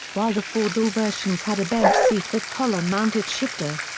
while the four-door versions had a bench seat with column-mounted shifter.